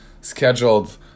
scheduled